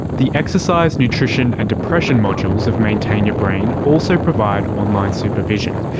the exercise, nutrition and depression modules of maintain your brain also provide on-line supervision.